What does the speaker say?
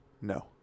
No